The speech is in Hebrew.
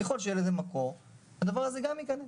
וככל שיהיה לזה מקור - הדבר הזה גם ייכנס.